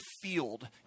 field